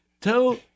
Tell